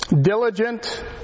Diligent